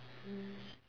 mm